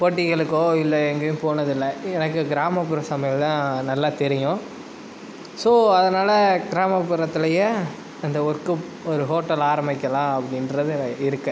போட்டிகளுக்கோ இல்லை எங்கேயோ போனது இல்லை எனக்கு கிராமப்புற சமையல் தான் நல்லா தெரியும் ஸோ அதனால் கிராமப்புறத்துலேயே அந்த ஒர்க் ஒரு ஹோட்டல் ஆரமிக்கலாம் அப்படிங்குறது இருக்கேன்